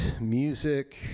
music